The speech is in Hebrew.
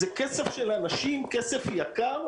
זה כסף של אנשים, כסף יקר,